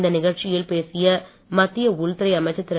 இந்த நிகழ்ச்சியில் பேசிய மத்திய உள்துறை அமைச்சர் திரு